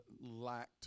lacked